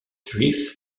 juive